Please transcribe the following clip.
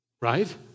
right